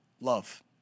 Love